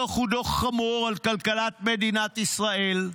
הדוח הוא דוח חמור על כלכלת מדינת ישראל.